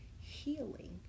healing